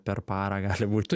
per parą gali būt